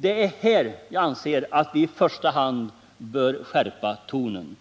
Det är här jag anser att vi i första hand bör skärpa tonen.